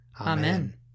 Amen